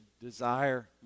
desire